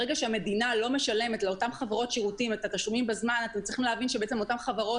ברגע שהמדינה לא משלמת את התשלומים בזמן לאותן חברות שירותים,